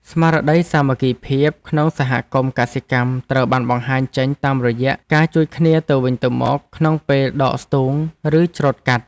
ស្មារតីសាមគ្គីភាពក្នុងសហគមន៍កសិកម្មត្រូវបានបង្ហាញចេញតាមរយៈការជួយគ្នាទៅវិញទៅមកក្នុងពេលដកស្ទូង ឬច្រូតកាត់។